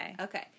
Okay